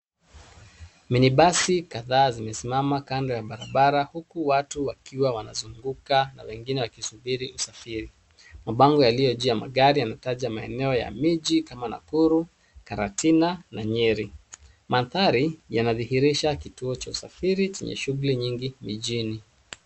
Minibasi kadhaa zimesimama kando ya barabara, huku watu wakiwa wanazunguka na wengine wakisubiri usafiri. Mabango yaliyojuu ya magari yanataja maeneo ya miji kama Nakuru, Karatina na Nyeri. Mandhari yanadhihirisha kituo cha usafiri chenye shughuli nyingi mijini.